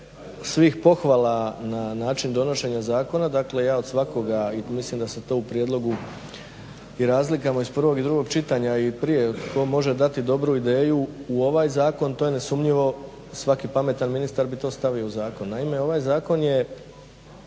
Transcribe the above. sivih pohvala na način donošenja zakona dakle ja od svakoga i mislim da se to u prijedlogu i razlikama iz prvog i drugog čitanja i prije tko može dati dobru ideju u ovaj zakon to je nesumnjivo svaki pametan ministar bi to stavio u zakon. Naime, ovaj zakon je